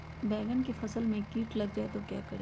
बैंगन की फसल में कीट लग जाए तो क्या करें?